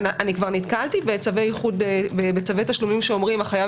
אני כבר נתקלתי בצווי תשלומים שאומרים שהחייב